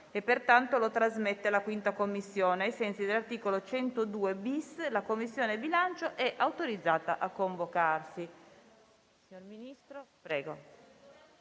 pertanto lo trasmette alla 5a Commissione. Ai sensi dell'articolo 102-*bis*, la Commissione bilancio è autorizzata a convocarsi.